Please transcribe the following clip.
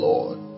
Lord